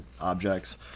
objects